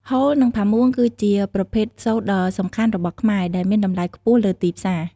ហូល និង ផាមួង គឺជាប្រភេទសូត្រដ៏សំខាន់របស់ខ្មែរ ដែលមានតម្លៃខ្ពស់លើទីផ្សារ។